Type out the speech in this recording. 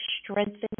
strengthen